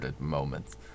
moments